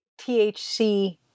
THC-